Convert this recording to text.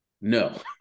No